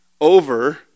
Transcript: over